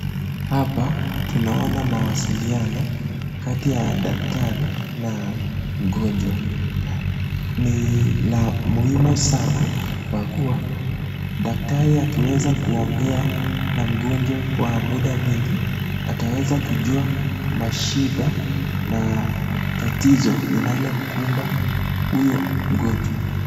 Hapa tunaona mawasiliano baadhi ya daktari na mgonjwa. Ni muhimu sana kwa kuwa daktari akiweza kuongea na mgonjwa kwa muda mingi ataweza kujua mashida na tatizo linalomkumba mgonjwa.